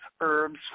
herbs